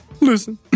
Listen